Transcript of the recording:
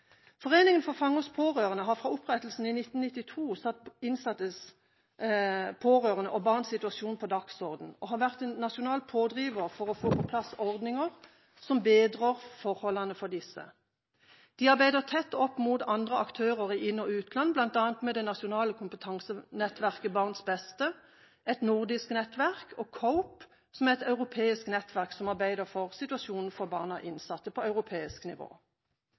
1992 satt innsattes, pårørendes og barns situasjon på dagsordenen og har vært en nasjonal pådriver for å få på plass ordninger som bedrer forholdene for disse. De arbeider tett opp mot andre aktører i inn- og utland, bl.a. med det nasjonale kompetansenettverket BarnsBeste, et nordisk nettverk og COPE – som er et europeisk nettverk som arbeider for situasjonen for barn av innsatte på europeisk nivå.